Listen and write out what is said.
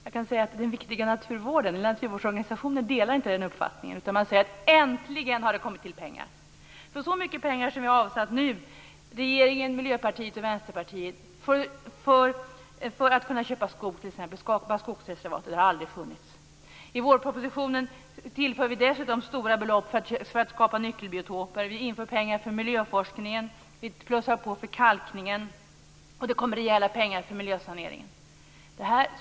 Jag kan säga att naturvårdsorganisationerna inte delar den uppfattningen. De säger: Äntligen har det tillkommit pengar. Så mycket pengar som nu har avsatts av regeringen, Miljöpartiet och Vänsterpartiet för att man t.ex. skall kunna köpa skog och skapa skogsreservat har aldrig funnits. I vårpropositionen tillför vi dessutom stora belopp för att skapa nyckelbiotoper. Vi tillför pengar för miljöforskningen. Vi tillför ytterligare pengar för kalkningen. Och det tillförs rejält med pengar för miljösaneringen.